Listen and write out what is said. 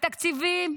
התקציבים,